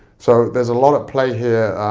so there's a lot at play here,